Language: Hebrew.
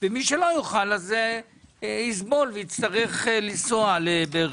ומי שלא יוכל לעזוב יסבול ויצטרך לנסוע לבאר